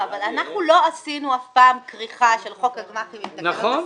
אבל אנחנו לא עשינו אף פעם של חוק הגמ"חים עם תקנות ה-CRS.